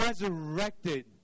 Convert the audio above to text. resurrected